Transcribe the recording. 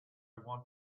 want